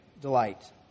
delight